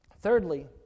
Thirdly